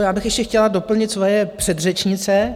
Já bych ještě chtěla doplnit svoje předřečnice.